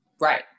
Right